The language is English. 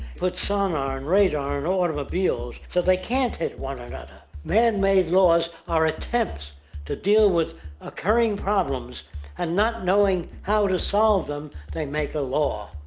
put sonar and radar on and automobiles so they can't hit one another. man-made laws are attempts to deal with occuring problems and not knowing how to solve them they make a law.